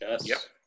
yes